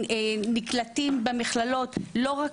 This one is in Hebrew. נקלטים במכללות לא רק